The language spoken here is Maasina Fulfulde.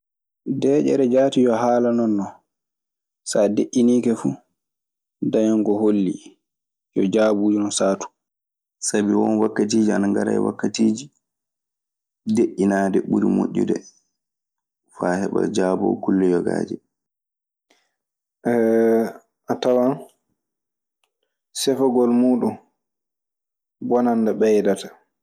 Deeƴere jaati yo haala non non. So a deƴƴike fuu dañan ko holli. Yo jaabi non saatu. Sabi won wakkatiiji ana ngara e wakkatiiji, deƴƴinaade ɓuri moƴƴude. Faa heɓa jaaboo kulle yogaaji. A tawan sifagol muuɗun bonande ɓeydata.